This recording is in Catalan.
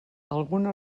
alguna